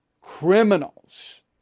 criminals